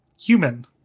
human